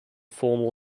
formal